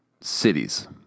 cities